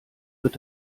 wird